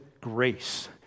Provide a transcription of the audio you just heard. grace